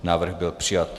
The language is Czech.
Návrh byl přijat.